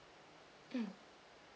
mm